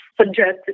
suggested